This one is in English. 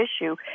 issue